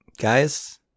Guys